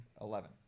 eleven